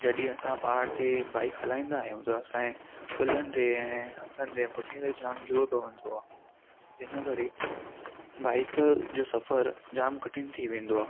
जॾहिं असां पहाड़ ते बाइक हलाईंदा आहियूं त असांजे कुल्हनि ते ऐं हथनि ते पुठी ते जाम जोर पवंदो आहे जिनि करे बाइक जो सफ़रु जाम कठिन थी वेंदो आहे